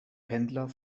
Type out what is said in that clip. pendler